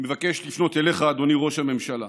אני מבקש לפנות אליך, אדוני ראש הממשלה.